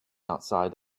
outside